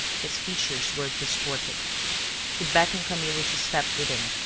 his features were distorted he beckoned camillo to step within.